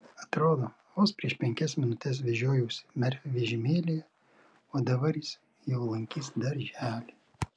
atrodo vos prieš penkias minutes vežiojausi merfį vežimėlyje o dabar jis jau lankys darželį